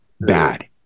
bad